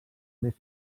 més